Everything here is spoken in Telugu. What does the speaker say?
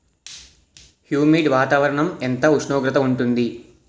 హ్యుమిడ్ వాతావరణం ఎంత ఉష్ణోగ్రత ఉంటుంది?